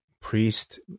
Priest